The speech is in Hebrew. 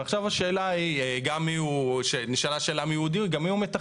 ועכשיו השאלה היא, גם נשאלה שאלה מיהו מתכנן.